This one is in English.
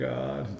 God